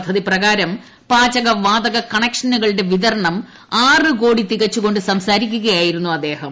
പദ്ധതി പ്രകാരം പാചക വാതക കണക്ഷനുകളുടെ വിതരണം ആറ് കോടി തികച്ചുകൊണ്ട് സംസാരിക്കുകയായിരുന്നു അദ്ദേഹം